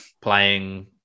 playing